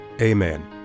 Amen